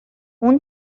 اون